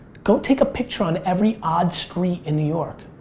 go take a picture on every odd street in new york,